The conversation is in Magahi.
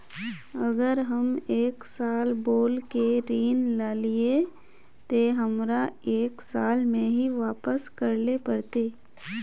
अगर हम एक साल बोल के ऋण लालिये ते हमरा एक साल में ही वापस करले पड़ते?